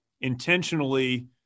intentionally